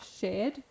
Shared